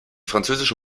französische